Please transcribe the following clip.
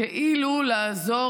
כאילו לעזור